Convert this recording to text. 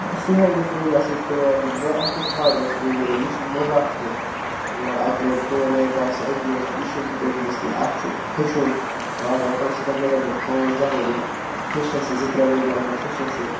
بَس یِہٕے گٔژھ ایج آسٕنۍ ٹُوٮ۪ل مگر اَتھ پٮ۪ٹھ چھُ ہاڑ ؤرٕک پوٚز وَنو یہِ چھُنہٕ مزاق کینٛہہ مطلب اَکہِ لَٹہِ کوٚر وۄنۍ بَس أتی حظ یہِ چھُنہٕ تمہِ منٛز کینٛہہ اَتھ چھُ ہیٚچھُن وارٕ وارٕ کَم سے کَم لَگَن اَتھ پانژھ دَہ ؤری ہیٚچھنَسٕے زٕ ترٛےٚ ؤری لَگَن اَتھ ہیٚچھنَسٕے